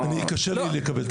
קשה לי לקבל את הדברים האלה.